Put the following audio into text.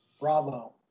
bravo